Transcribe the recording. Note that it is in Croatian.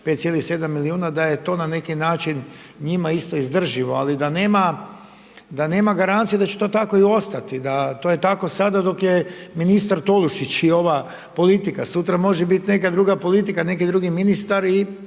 5,7 milijuna da je to na neki način njima isto izdrživo ali da nema garancije da će to tako i ostati, da to je tako sada dok je ministar Tolušić i ova politika. Sutra može biti neka druga politika, neki drugi ministar i